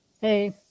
Hey